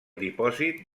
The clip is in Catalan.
dipòsit